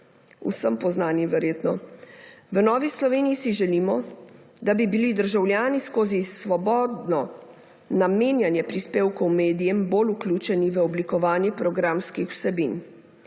vsem poznani. V Novi Sloveniji si želimo, da bi bili državljani skozi svobodno namenjanje prispevkov medijem bolj vključeni v oblikovanje programskih vsebin.